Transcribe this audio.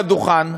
על הדוכן,